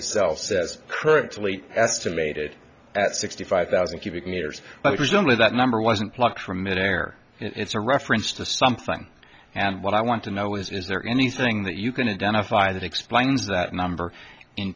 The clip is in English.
itself says currently estimated at sixty five thousand cubic meters but it was only that number wasn't plucked from mid air it's a reference to something and what i want to know is is there anything that you can indemnify that explains that number in